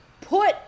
put